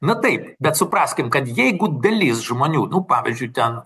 na taip bet supraskim kad jeigu dalis žmonių nu pavyzdžiui ten